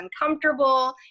uncomfortable